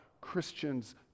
Christians